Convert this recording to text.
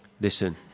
listen